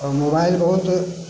mobile बहुत